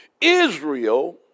Israel